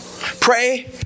Pray